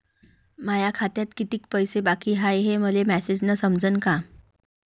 माया खात्यात कितीक पैसे बाकी हाय हे मले मॅसेजन समजनं का?